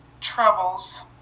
Troubles